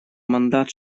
мандат